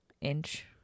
Inch